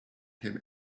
him